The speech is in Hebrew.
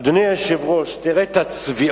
אדוני היושב-ראש, תראה את הצביעות.